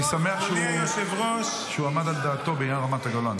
אני שמח שהוא עמד על דעתו בעניין רמת הגולן,